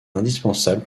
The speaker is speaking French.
indispensable